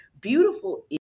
beautiful